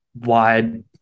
wide